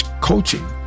coaching